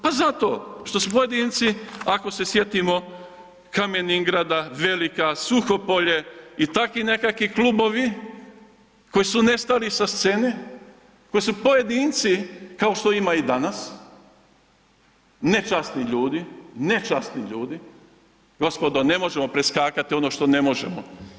Pa zato što su pojedinci, ako se sjetimo Kamen ingrada, Velika, Suhopolje i takvi nekakvi klubovi koji su nestali sa scene koje su pojedinci kao što ima i danas, nečasni ljudi, nečasni ljudi, gospodo ne možemo preskakati ono što ne možemo.